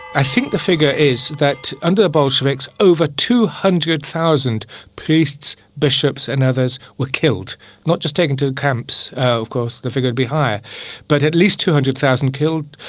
i think the figure is that under the bolsheviks over two hundred thousand priests, bishops and others were killed not just taken to camps, of course the figure would be higher but at least two hundred thousand killed,